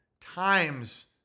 times